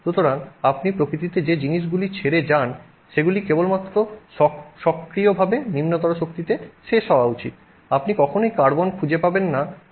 সুতরাং আপনি প্রকৃতিতে যে জিনিসগুলি ছেড়ে যান সেগুলি কেবলমাত্র স্বয়ংক্রিয়ভাবে নিম্নতর শক্তিতে শেষ হওয়া উচিত আপনি কখনোই কার্বন খুঁজে পাবেন না আপনি খুঁজে পাবেন কার্বন ডাই অক্সাইড